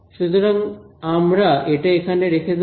সুতরাং আমরা এটা এখানে রেখে দেব